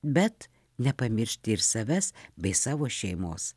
bet nepamiršti ir savęs bei savo šeimos